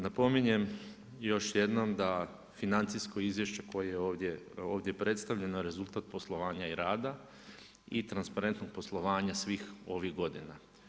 Napominjem još jednom da financijsko izvješće koje je ovdje predstavljeno rezultat poslovanja i rada i transparentnog poslovanja svih ovih godina.